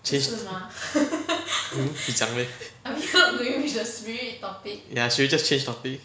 chang~ hmm 你讲 leh ya should we just change topic